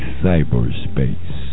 cyberspace